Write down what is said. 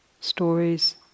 stories